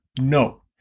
No